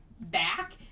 back